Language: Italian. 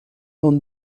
non